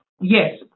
Yes